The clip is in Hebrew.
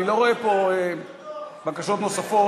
אני לא רואה פה בקשות נוספות.